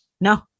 No